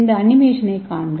இந்த அனிமேஷனைக் காண்க